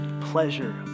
pleasure